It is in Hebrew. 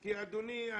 אדוני,